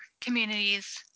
communities